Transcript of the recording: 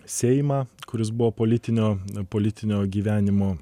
seimą kuris buvo politinio politinio gyvenimo